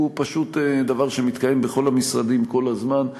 זהו פשוט דבר שמתקיים בכל המשרדים כל הזמן,